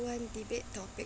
one debate topic